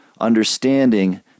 understanding